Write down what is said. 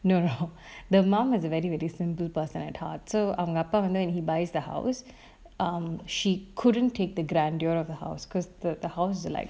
no no the mom has a very recent two person at heart so அவங்க அப்பா வந்து:avanga appa vanthu he buys the house um she couldn't take the grandeur of the house cause the house is like